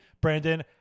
Brandon